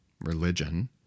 religion